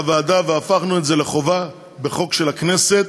הוועדה והפכנו את זה לחובה בחוק של הכנסת.